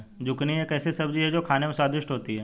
zucchini एक ऐसी सब्जी है जो खाने में स्वादिष्ट होती है